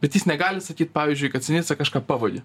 bet jis negali sakyt pavyzdžiui kad sinica kažką pavogė